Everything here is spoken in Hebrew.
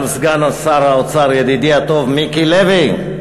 גם סגן שר האוצר, ידידי הטוב מיקי לוי,